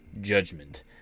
judgment